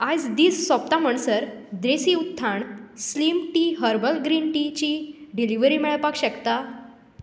आयज दीस सोंपता म्हणसर Desi Utthan slim tea herbal green टीची डिलिव्हरी मेळपाक शकता